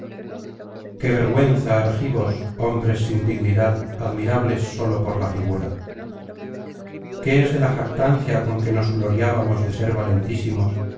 qué vergüenza argivos hombres sin dignidad admirables sólo por la figura qué es de la jactancia con que nos gloriábamos de ser valentísimos